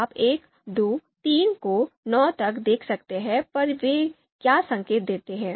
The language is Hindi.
आप 1 2 3 को 9 तक देख सकते हैं और वे क्या संकेत देते हैं